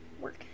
work